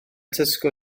tesco